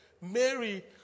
Mary